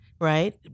right